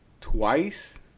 twice